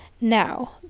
now